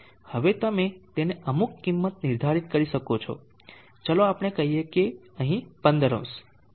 હવે તમે તેને અમુક કિંમત નિર્ધારિત કરી શકો છો ચાલો આપણે કહીએ કે અહીં 150 150 અહિયાં છે